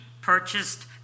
purchased